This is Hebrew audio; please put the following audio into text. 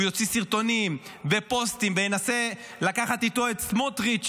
יוציא סרטונים ופוסטים וינסה לקחת איתו את סמוטריץ',